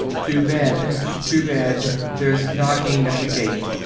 to bed to bed there's knocking at the gate.